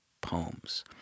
poems